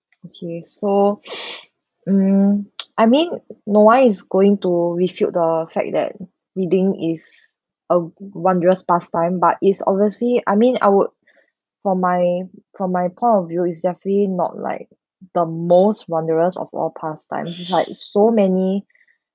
okay so um I mean no one is going to refute the fact that reading is a wondrous pastime but it's obviously I mean I would from my from my point of view it's definitely not like the most wondrous of all pastimes it's like so many